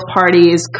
parties